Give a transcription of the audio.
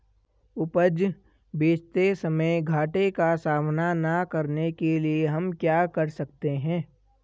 उपज बेचते समय घाटे का सामना न करने के लिए हम क्या कर सकते हैं?